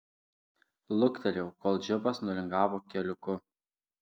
luktelėjau kol džipas nulingavo keliuku